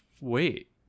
wait